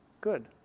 good